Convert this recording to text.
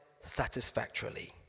satisfactorily